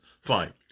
fine